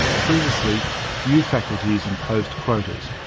previously, few faculties imposed quotas.